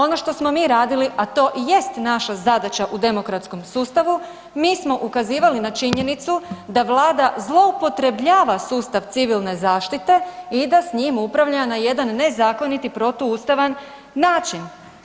Ono što smo mi radili, a to i jest naša zadaća u demokratskom sustavu mi smo ukazivali na činjenicu da vlada zloupotrebljava sustav civilne zaštite i da s njim upravlja na jedan nezakonit i protuustavan način.